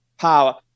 power